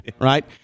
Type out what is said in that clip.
right